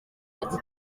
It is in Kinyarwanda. iki